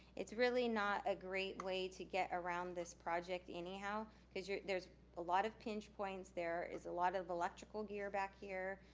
it's really not a great way to get around this project anyhow, cause there's a lot of pinch points, there is a lot of electrical gear back here,